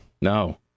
No